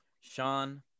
Sean